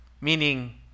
meaning